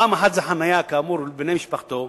פעם אחת זה חנייה לבני משפחתו,